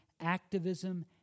activism